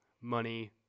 money